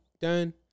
done